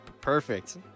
Perfect